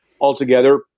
altogether